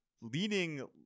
leaning